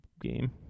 game